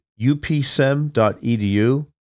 upsem.edu